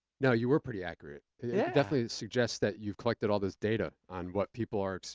now you were pretty accurate. it yeah definitely suggests that you've collected all this data on what people are,